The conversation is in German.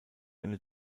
eine